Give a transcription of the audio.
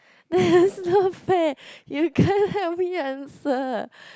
that's not fair you can't help me answer